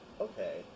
okay